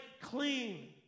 clean